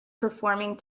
performing